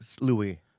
Louis